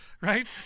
right